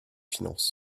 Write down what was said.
finances